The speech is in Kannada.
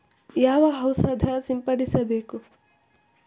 ಯಾವ ಔಷಧ ಸಿಂಪಡಿಸಬೇಕು?